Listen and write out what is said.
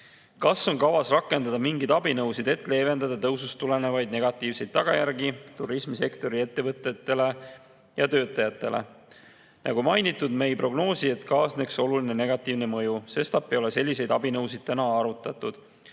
"Kas on kavas rakendada mingeid abinõusid, et leevendada tõusust tulenevaid negatiivseid tagajärgi turismisektori ettevõtetele ja töötajatele?" Nagu mainitud, siis me ei prognoosi, et kaasneks oluline negatiivne mõju, sestap ei ole abinõusid täna arutatud.